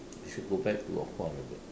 we should go back to aqua aerobic